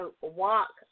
walk